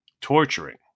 torturing